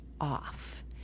off